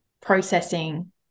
processing